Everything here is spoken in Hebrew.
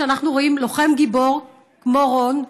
כשאנחנו רואים לוחם גיבור כמו רון,